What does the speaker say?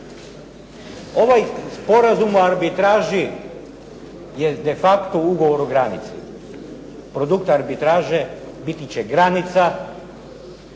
Ovaj sporazum o arbitraži je de facto ugovor o granici, produkt arbitraže biti će granica